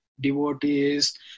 devotees